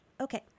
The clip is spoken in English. Okay